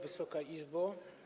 Wysoka Izbo!